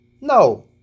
No